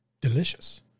delicious